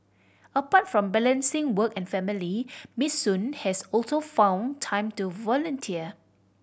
apart from balancing work and family Miss Sun has also found time to volunteer